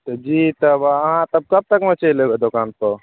तऽ जी तब अहाँ तब कब तकमे चलि एबै दोकानपर